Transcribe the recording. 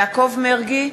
יעקב מרגי,